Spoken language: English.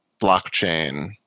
blockchain